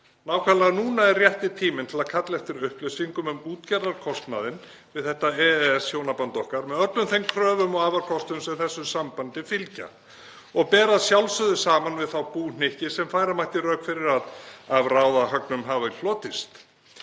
Nákvæmlega núna er rétti tíminn til að kalla eftir upplýsingum um útgerðarkostnaðinn við þetta EES-hjónaband okkar með öllum þeim kröfum og afarkostum sem þessu sambandi fylgja og bera að sjálfsögðu saman við þá búhnykki sem færa mætti rök fyrir að af ráðahagnum hafi hlotist?